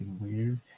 weird